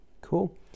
cool